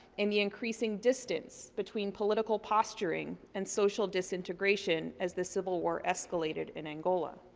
and the increasing distance between political posturing and social disintegration as the civil war escalated in angola.